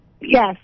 Yes